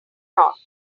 not